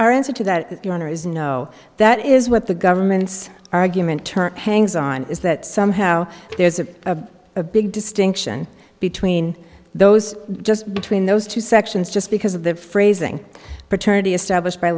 answer to that is no that is what the government's argument turn hangs on is that somehow there's a a big distinction between those just between those two sections just because of the phrasing paternity established by